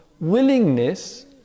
willingness